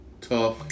tough